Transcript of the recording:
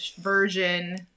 version